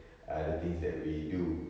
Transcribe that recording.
ah the things that we do